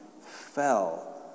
fell